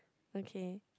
okay